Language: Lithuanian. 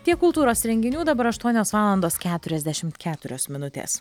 tiek kultūros renginių dabar aštuonios valandos keturiasdešimt keturios minutės